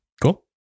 cool